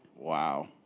Wow